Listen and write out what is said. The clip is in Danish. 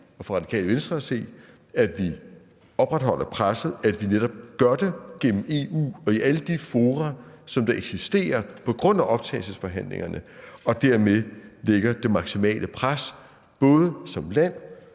og for Radikale Venstre at se, at vi opretholder presset, at vi netop gør det gennem EU og i alle de fora, som der eksisterer på grund af optagelsesforhandlingerne, og dermed lægger det maksimale pres, både som land